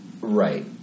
Right